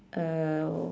um